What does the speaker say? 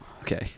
Okay